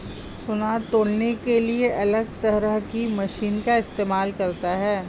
सुनार तौलने के लिए अलग तरह की मशीन का इस्तेमाल करता है